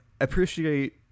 appreciate